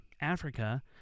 Africa